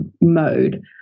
mode